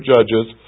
Judges